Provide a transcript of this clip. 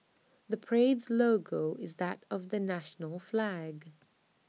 the parade's logo is that of the national flag